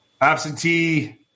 absentee